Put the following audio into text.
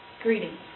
Greetings